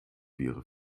wäre